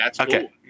okay